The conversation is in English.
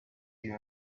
you